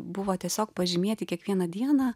buvo tiesiog pažymėti kiekvieną dieną